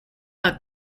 are